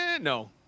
No